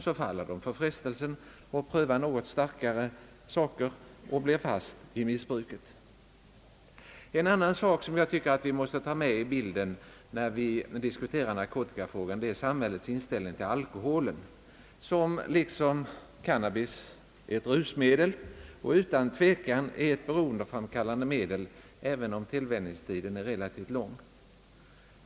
Så faller de för frestelsen att pröva något »starkare» och blir fast i missbruket. En annan sak som vi måste försöka ta med i bilden när vi diskuterar narkotikafrågan är samhällets inställning till alkoholen som liksom cannabis är ett rusmedel och utan tvekan är ett beroendeframkallande medel, även om tillvänjningstiden är relativt lång.